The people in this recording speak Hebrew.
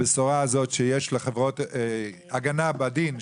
הבשורה הזאת שיש לחברות הגנה בדין,